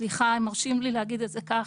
סליחה אם מרשים לי להגיד את זה כך,